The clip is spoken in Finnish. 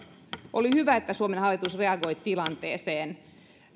oli hyvä että suomen hallitus reagoi tilanteeseen